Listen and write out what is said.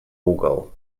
угол